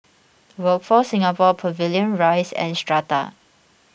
Workforce Singapore Pavilion Rise and Strata